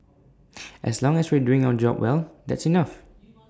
as long as we're doing our job well that's enough